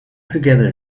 together